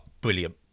brilliant